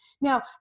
Now